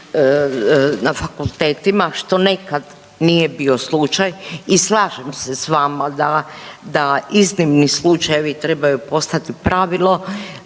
na fakultetima što nekad nije bio slučaj. I slažem se s vama da, da iznimni slučajevi trebaju postati pravilo,